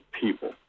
people